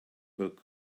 book